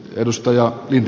edustaja j